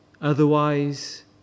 Otherwise